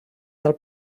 del